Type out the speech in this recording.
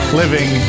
living